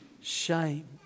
shame